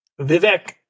Vivek